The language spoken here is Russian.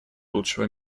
лучшего